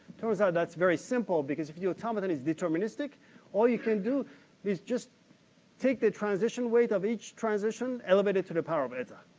turns out that's very simple, because if your automaton is deterministic all you can do is just take the transition weight of each transition, elevate it to the power of eta.